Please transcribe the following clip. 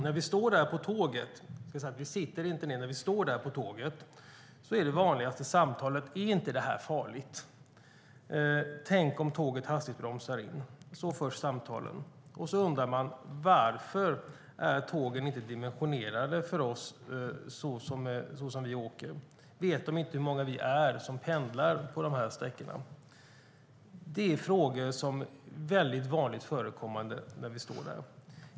När vi står där på tåget - vi sitter inte ned - är det vanligast samtalet: Är inte detta farligt? Tänk om tåget hastigt bromsar in. Så förs samtalen. Varför är tågen inte dimensionerade för oss såsom vi åker? Vet de inte hur många vi är som pendlar på dessa sträckor? Det är frågor som är väldigt vanligt förekommande när vi står där.